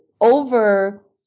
over